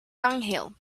dunghill